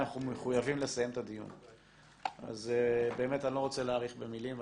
אני לא רוצה להאריך במילים.